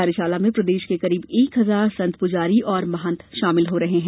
कार्यशाला में प्रदेश के करीब एक हजार संत पुजारी और महंत शामिल हो रहे हैं